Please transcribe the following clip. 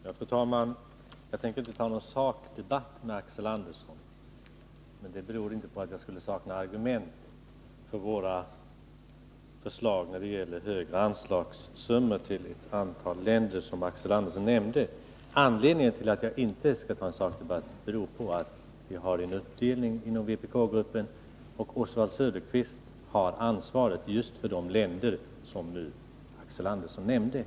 Fru talman! Jag tänker inte ta upp någon sakdebatt med Axel Andersson. Det beror inte på att jag saknar argument för våra förslag om högre anslagssummor till ett antal länder som Axel Andersson nämnde, utan på att vi har en uppdelning inom vpk-gruppen, där Oswald Söderqvist har ansvaret för den del som gäller just de här länderna.